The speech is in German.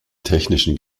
technischen